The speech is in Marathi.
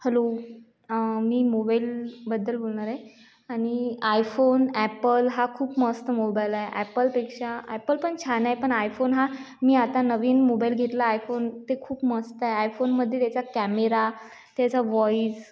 हॅलो मी मोबाइलबद्दल बोलणार आहे आणि आयफोन एपल हा खूप मस्त मोबाइल आहे एपलपेक्षा एपल पण छान आहे पण आयफोन हा मी आता नवीन मोबाईल घेतला आयफोन ते खूप मस्त आहे आयफोनमध्ये त्याचा कॅमेरा त्याचा वॉइस